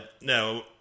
no